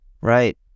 Right